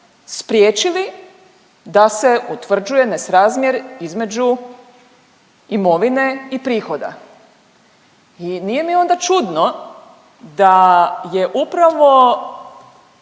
spriječili da se utvrđuje nesrazmjer između imovine i prihoda. I nije mi onda čudno da je upravo